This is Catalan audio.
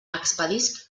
expedisc